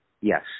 Yes